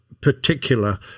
particular